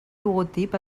logotip